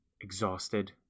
exhausted